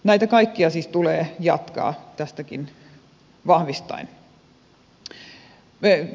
näitä kaikkia siis tulee jatkaa tästäkin vahvistaen